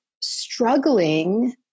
struggling